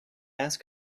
ask